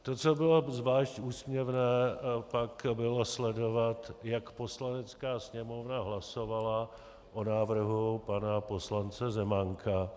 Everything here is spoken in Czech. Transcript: To, co bylo zvlášť úsměvné, pak bylo sledovat, jak Poslanecká sněmovna hlasovala o návrhu pana poslance Zemánka.